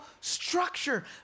structure